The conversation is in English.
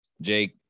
Jake